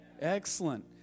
Excellent